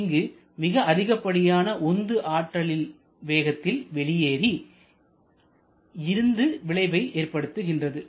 இங்கு மிக அதிகப்படியான உந்து ஆற்றலில் வேகத்தில் வெளியேறி இருந்து விளைவை ஏற்படுத்துகிறது